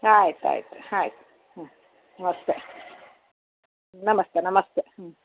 ಆಯ್ತು ಆಯ್ತು ಆಯ್ತ್ ಹ್ಞೂ ಮತ್ತೆ ನಮಸ್ತೆ ನಮಸ್ತೆ ಹ್ಞೂ